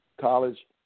college